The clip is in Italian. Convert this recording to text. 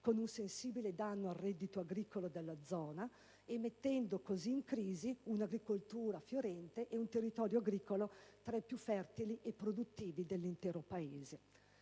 con un sensibile danno al reddito agricolo della zona, mettendo così in crisi un'agricoltura fiorente e un territorio agricolo tra i più fertili e produttivi dell'intero Paese.